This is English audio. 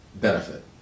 benefit